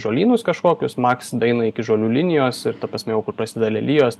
žolynus kažkokius maks daeina iki žolių linijos ir ta prasme jau kur prasideda lelijos